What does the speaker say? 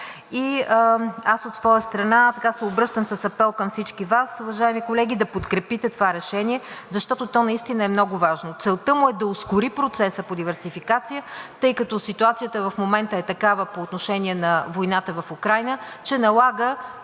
От своя страна, аз се обръщам с апел към всички Вас, уважаеми колеги, да подкрепите това решение, защото то наистина е много важно. Целта му е да ускори процеса по диверсификация, тъй като ситуацията в момента е такава по отношение на войната в Украйна, че налага